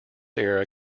era